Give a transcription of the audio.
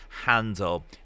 handle